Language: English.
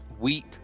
Weep